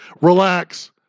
relax